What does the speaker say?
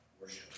worship